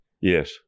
Yes